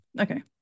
Okay